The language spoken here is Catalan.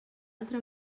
altra